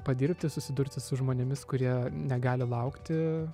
padirbti susidursi su žmonėmis kurie negali laukti